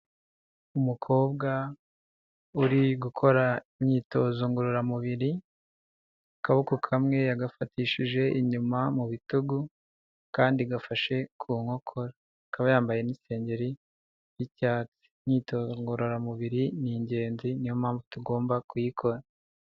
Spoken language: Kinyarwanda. Umukobwa uri gukora imyitozo ngororamubiri, akaboko kamwe yagafatishije inyuma mu bitugu, akandi gafashe ku nkokora. Akaba yambaye n'igisengeri y'icyatsi. Imyitozo ngororamubiri ni ingenzi ,niyo mpamvu tugomba kuyikora.